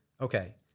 okay